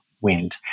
Wind